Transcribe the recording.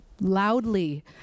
Loudly